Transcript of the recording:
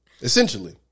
Essentially